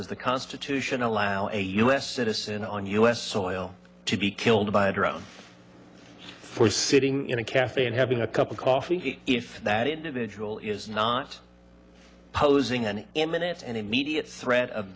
does the constitution allow a u s citizen on u s soil to be killed by a drone for sitting in a cafe and having a cup of coffee if that individual is not posing an imminent and immediate threat of